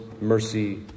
mercy